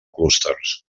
clústers